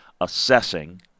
assessing